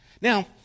Now